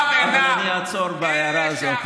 אבל אני אעצור בהערה הזאת.